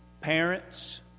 parents